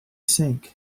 sink